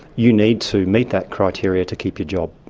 you need to meet that criteria to keep your job.